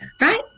Right